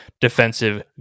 defensive